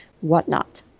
whatnot